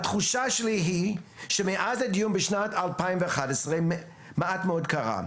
התחושה שלי היא שמאז הדיון בשנת 2011 מעט מאוד קרה.